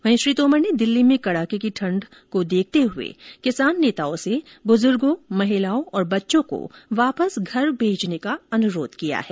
वहीं श्री तोमर ने दिल्ली में कडाके की ठंड को देखते हए किसान नेताओं से बुजुर्गों महिलाओं और बच्चों को वापस घर भेजने का अनुरोध किया है